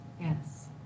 Yes